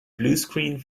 bluescreen